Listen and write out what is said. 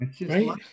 Right